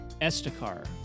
Estacar